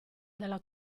dalla